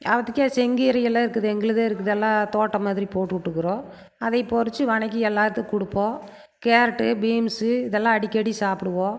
அவத்துக்கே செங்கீரையெல்லாம் இருக்குது எங்களுதே இருக்குது எல்லாம் தோட்டம் மாதிரி போட்டு விட்டுக்குறோம் அதையும் பறிச்சு வதக்கி எல்லாத்துக்கும் கொடுப்போம் கேரட்டு பீன்ஸு இதெலாம் அடிக்கடி சாப்பிடுவோம்